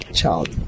child